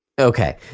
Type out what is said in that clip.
okay